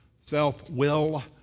self-will